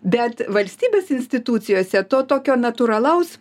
bet valstybės institucijose to tokio natūralaus